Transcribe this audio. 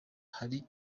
hari